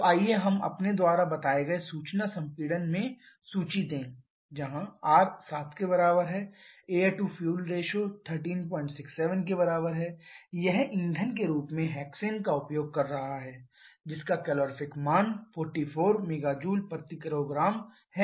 तो आइए हम अपने द्वारा बताए गए सूचना संपीड़न में सूची दें r 7 AF 1367 यह ईंधन के रूप में हेक्सेन का उपयोग कर रहा है जिसका कैलोरीफीक मान 44 मेगा जूल प्रति किलोग्राम है